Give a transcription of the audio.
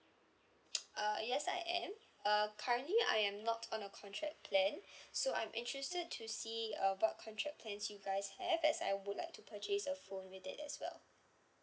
uh yes I am uh currently I am not on a contract plan so I'm interested to see uh what contract plans you guys have as I would like to purchase a phone with it as well